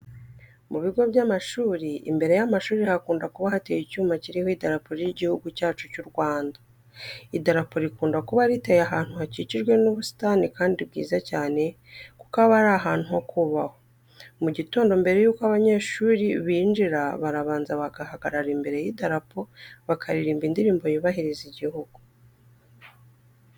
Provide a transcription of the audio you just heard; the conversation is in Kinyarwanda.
Mu bigo by'amashuri imbere y'amashuri hakunda kuba hateye icyumba kiriho idarapo ry'igihugu cyacu cy'u Rwanda. Idarapo rikunda kuba riteye ahantu hakikijwe n'ubusitani kandi bwiza cyane kuko aba ari ahantu ho kubahwa. Mu gitondo mbere yuko abanyeshuri banjira barabanza bagahagarara imbere y'idarapo bakaririmba indirimbo yubahiriza igihugu.